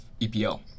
EPL